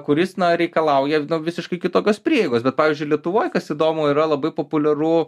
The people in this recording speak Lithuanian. kuris reikalauja nu visiškai kitokios prieigos bet pavyzdžiui lietuvoj kas įdomu yra labai populiaru